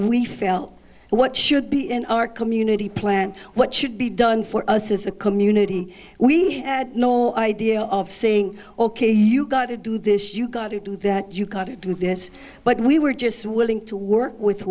out what should be in our community plan what should be done for us as a community we had no idea of saying ok you gotta do this you gotta do that you've gotta do this but we were just willing to work with